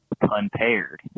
unpaired